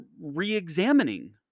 re-examining